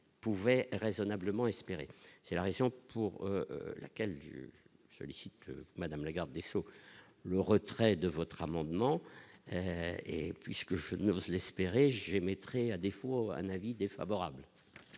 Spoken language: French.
pouvait raisonnablement espérer c'est la région. Pour laquelle je félicite Madame la Garde des Sceaux, le retrait de votre amendement et puisque je ne recèle j'ai, à défaut, un avis défavorable.